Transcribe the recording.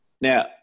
Now